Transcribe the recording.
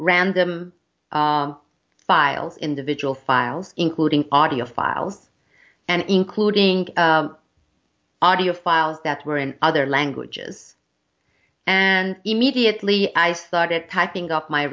random files individual files including audio files and including audio files that were in other languages and immediately i started typing up my